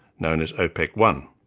known as opec one.